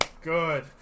good